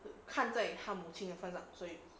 看这在他母亲的份上所以